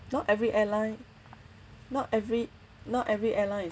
not every airline not every not every airline